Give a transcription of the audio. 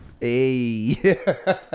Hey